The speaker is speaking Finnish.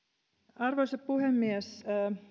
arvoisa puhemies